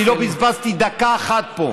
אני לא בזבזתי דקה אחת פה,